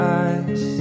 eyes